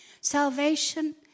Salvation